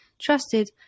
trusted